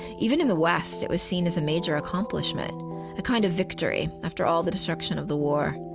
even in the west, it was seen as a major accomplishment a kind of victory after all the destruction of the war,